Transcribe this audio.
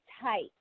tight